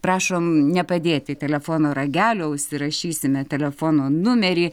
prašom nepadėti telefono ragelio užsirašysime telefono numerį